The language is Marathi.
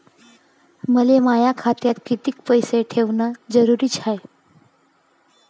मले माया खात्यात कितीक पैसे ठेवण जरुरीच हाय?